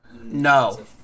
No